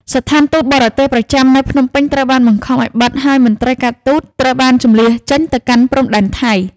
ស្ថានទូតបរទេសប្រចាំនៅភ្នំពេញត្រូវបានបង្ខំឱ្យបិទ ហើយមន្ត្រីការទូតត្រូវបានជម្លៀសចេញទៅកាន់ព្រំដែនថៃ។